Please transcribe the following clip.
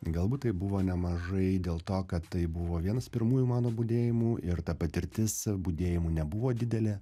galbūt tai buvo nemažai dėl to kad tai buvo vienas pirmųjų mano budėjimų ir ta patirtis budėjimų nebuvo didelė